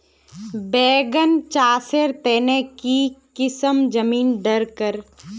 बैगन चासेर तने की किसम जमीन डरकर?